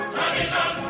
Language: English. Tradition